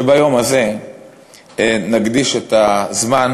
שביום הזה נקדיש את הזמן,